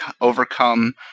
overcome